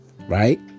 Right